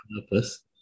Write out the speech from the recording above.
purpose